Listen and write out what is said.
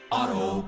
Auto